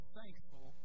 thankful